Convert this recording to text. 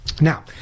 Now